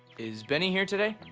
is bennie here today?